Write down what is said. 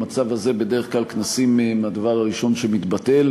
במצב הזה בדרך כלל כנסים הם הדבר הראשון שמתבטל.